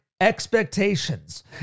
expectations